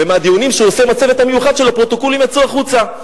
ופרוטוקולים מהדיונים שהוא עושה בצוות המיוחד שלו יצאו החוצה.